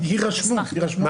לא תיאמו אתכם?